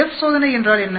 F சோதனை என்றால் என்ன